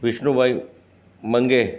विष्नू भाई मंघे